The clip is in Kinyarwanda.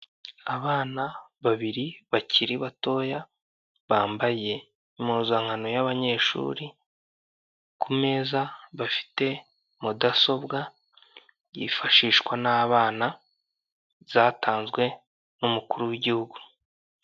Uburyo bukoreshwa mu kwamamaza ikigo cy'ubwishingizi naho kika gisohora ikarita iriho aho wagisanga ugikeneye.